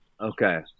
Okay